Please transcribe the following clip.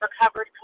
Recovered